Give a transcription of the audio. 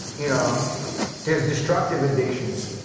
you know there's destructive addictions,